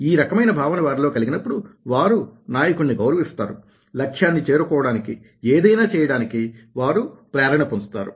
ఈ రకమైన భావన వారి లో కలిగినప్పుడు వారు నాయకుడిని గౌరవిస్తారు లక్ష్యాన్ని చేరుకోవడానికి ఏదైనా చేయడానికి వారు ప్రేరణ పొందుతారు